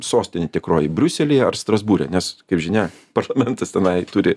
sostinė tikroji briuselyje ar strasbūre nes kaip žinia parlamentas tenai turi